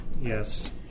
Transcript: Yes